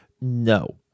No